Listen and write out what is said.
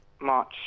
March